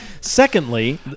Secondly